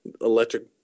Electric